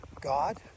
God